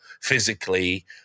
physically